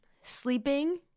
sleeping